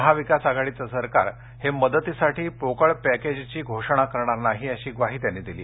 महाविकास आघाडीचे सरकार हे मदतीसाठी पोकळ पॅकेजची घोषणा करणार नाही अशी ग्वाही त्यांनी दिली